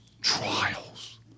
Trials